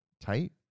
tight